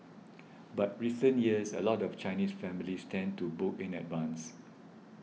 but recent years a lot of Chinese families tend to book in advance